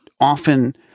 often